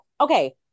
okay